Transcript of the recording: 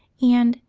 and,